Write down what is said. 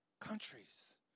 countries